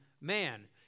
man